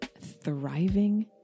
thriving